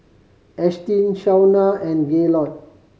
Ashtyn Shauna and Gaylord